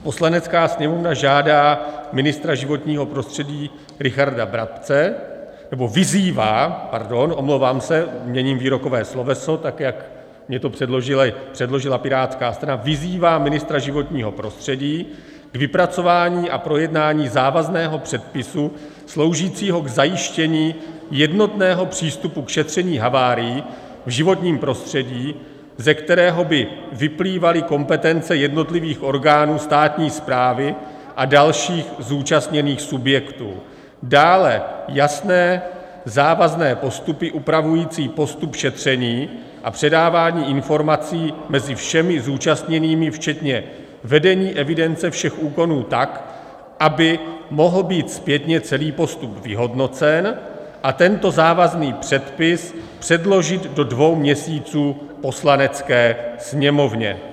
Poslanecká sněmovna žádá ministra životního prostředí Richarda Brabce nebo vyzývá, pardon, omlouvám se, měním výrokové sloveso, tak jak mně to předložila Pirátská strana vyzývá ministra životního prostředí k vypracování a projednání závazného předpisu sloužícího k zajištění jednotného přístupu k šetření havárií v životním prostředí, ze kterého by vyplývaly kompetence jednotlivých orgánů státní správy a dalších zúčastněných subjektů, dále jasné závazné postupy upravující postup šetření a předávání informací mezi všemi zúčastněnými včetně vedení evidence všech úkonů tak, aby mohl být zpětně celý postup vyhodnocen, a tento závazný předpis předložit do dvou měsíců Poslanecké sněmovně.